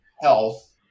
health